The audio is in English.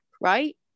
right